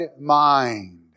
mind